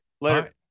later